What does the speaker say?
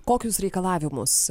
kokius reikalavimus